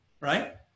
right